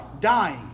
dying